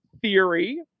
theory